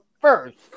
first